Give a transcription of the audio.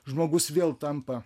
žmogus vėl tampa